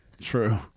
True